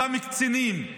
אותם קצינים,